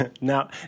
Now